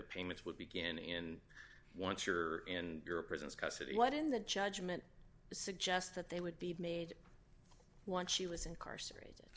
the payments would begin and once you're in your presence custody what in the judgment suggest that they would be made once she was incarcerated